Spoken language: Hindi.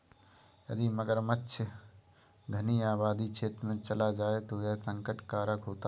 यदि मगरमच्छ घनी आबादी क्षेत्र में चला जाए तो यह संकट कारक होता है